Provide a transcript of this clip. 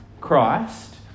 Christ